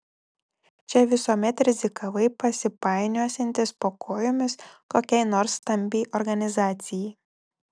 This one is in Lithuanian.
čia visuomet rizikavai pasipainiosiantis po kojomis kokiai nors stambiai organizacijai